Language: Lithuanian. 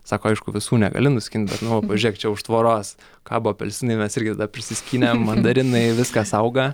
sako aišku visų negali nuskint bet nu va pažiūrėk čia už tvoros kabo apelsinai mes irgi prisiskynėm mandarinai viskas auga